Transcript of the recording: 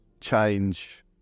change